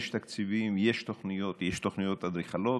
יש תקציבים, יש תוכניות, יש תוכניות אדריכלות.